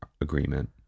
agreement